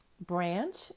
branch